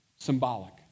Symbolic